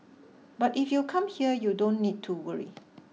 but if you come here you don't need to worry